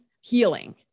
healing